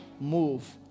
move